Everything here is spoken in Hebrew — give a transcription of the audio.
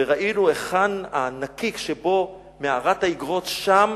וראינו היכן הנקיק שבו מערת האיגרות, שם